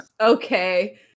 Okay